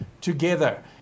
together